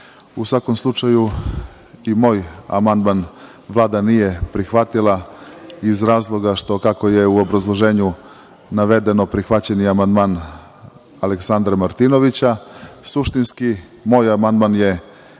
U svakom slučaju, i moj amandman Vlada nije prihvatila iz razloga što, kako je u obrazloženju navedeno, prihvaćen je amandman Aleksandra Martinovića. Suštinski moj amandman je